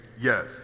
Yes